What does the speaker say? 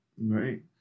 Right